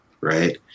right